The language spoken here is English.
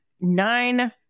nine